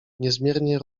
niezmiernie